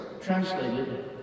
translated